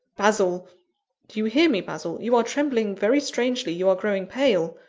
basil do you hear me, basil? you are trembling very strangely you are growing pale!